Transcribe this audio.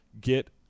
get